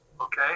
okay